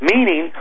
Meaning